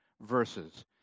verses